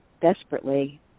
desperately